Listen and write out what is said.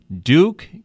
Duke